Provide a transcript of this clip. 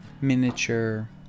miniature